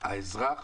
האזרח